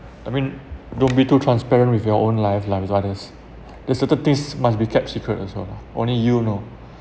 I mean don't be too transparent with your own life lah with others there's certain things must be kept secret also lah only you know